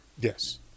Yes